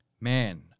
man